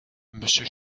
monsieur